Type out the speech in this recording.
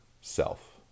self